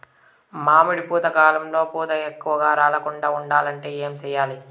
మామిడి పూత కాలంలో పూత ఎక్కువగా రాలకుండా ఉండాలంటే ఏమి చెయ్యాలి?